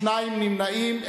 שני נמנעים,